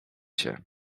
się